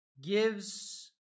Gives